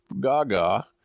gaga